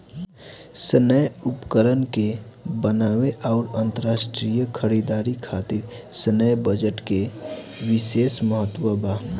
सैन्य उपकरण के बनावे आउर अंतरराष्ट्रीय खरीदारी खातिर सैन्य बजट के बिशेस महत्व बा